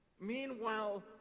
Meanwhile